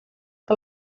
que